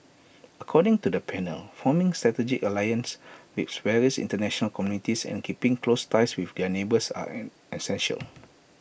according to the panel forming strategic alliances with various International communities and keeping close ties with their neighbours are essential